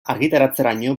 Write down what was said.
argitaratzeraino